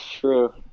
true